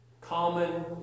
common